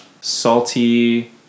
salty